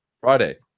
Friday